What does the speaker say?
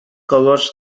covers